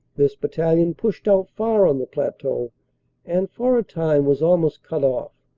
this battalion pushed out far on the plateau and for a time was almost cut off.